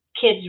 kids